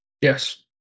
Yes